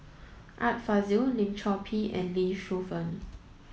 Art Fazil Lim Chor Pee and Lee Shu Fen